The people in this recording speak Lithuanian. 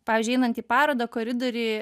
pavyzdžiui einant į parodą koridoriuj